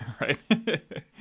right